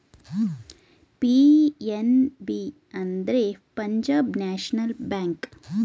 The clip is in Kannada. ಪಿ.ಎನ್.ಬಿ ಅಂದ್ರೆ ಪಂಜಾಬ್ ನ್ಯಾಷನಲ್ ಬ್ಯಾಂಕ್